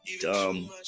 dumb